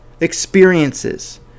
experiences